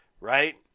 right